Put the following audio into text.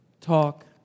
Talk